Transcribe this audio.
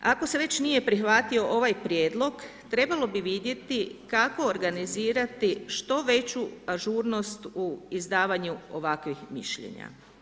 Ako se već nije prihvatio ovaj prijedlog, trebalo bi vidjeti kako organizirati što veću ažurnost u izdavanju ovakvih mišljenja.